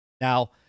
Now